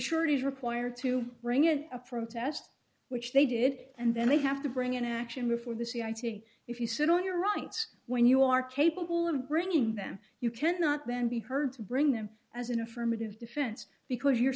is required to bring in a protest which they did it and then they have to bring an action before the c i t if you sit on your rights when you are capable of bringing them you cannot then be heard to bring them as an affirmative defense because you're